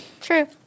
True